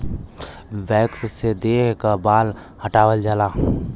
wax से देह क बाल हटावल जाला